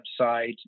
website